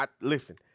Listen